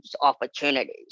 opportunities